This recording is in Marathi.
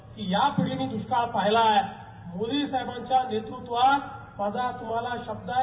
की या पिढीने द्रष्काळ पाहिला मोदी साहेबांच्या नेतृत्वात माझा तुम्हाला शब्द आहे